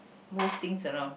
move things around